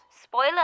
Spoiler